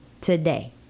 today